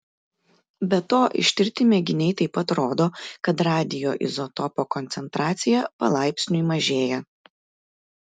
be to ištirti mėginiai taip pat rodo kad radioizotopo koncentracija palaipsniui mažėja